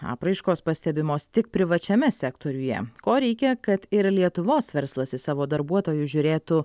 apraiškos pastebimos tik privačiame sektoriuje ko reikia kad ir lietuvos verslas į savo darbuotojus žiūrėtų